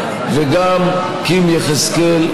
וגם קים יחזקאל,